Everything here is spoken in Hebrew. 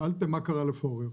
שאלתם מה קרה לפורר.